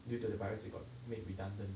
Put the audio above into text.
due to the virus you got made redundant